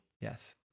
Yes